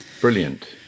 Brilliant